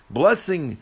blessing